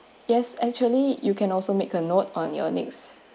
yes actually you can also make a note on your next